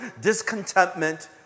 discontentment